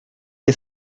que